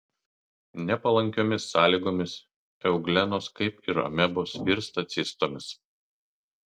nepalankiomis sąlygomis euglenos kaip ir amebos virsta cistomis